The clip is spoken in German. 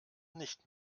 nicht